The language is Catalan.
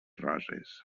roses